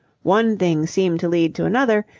one thing seemed to lead to another,